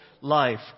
life